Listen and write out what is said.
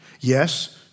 Yes